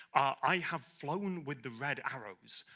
i have flown with the red arrows.